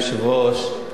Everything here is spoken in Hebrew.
אדוני היושב-ראש,